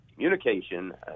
Communication